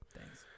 Thanks